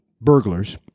burglars